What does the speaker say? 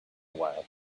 while